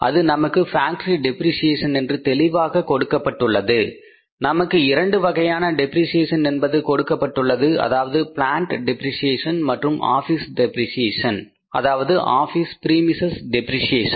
அது நமக்கு factory depreciation என்று தெளிவாக கொடுக்கப்பட்டுள்ளது நமக்கு 2 வகையான டெப்ரிசியேஷன் என்பது கொடுக்கப்பட்டுள்ளது அதாவது பிளான்ட் டெப்ரிசியேஷன் மற்றும் ஆபீஸ் பிரிமிசெஸ் டெப்ரிசியேஷன்